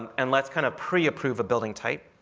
and and let's kind of pre-approve a building type.